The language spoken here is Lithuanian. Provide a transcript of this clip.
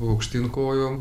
aukštyn kojom